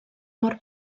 mor